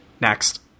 Next